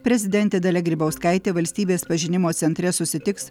prezidentė dalia grybauskaitė valstybės pažinimo centre susitiks